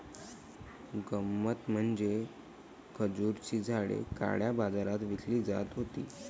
गंमत म्हणजे खजुराची झाडे काळ्या बाजारात विकली जात होती